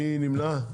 מי נמנע?